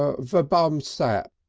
ah verbum sap,